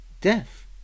death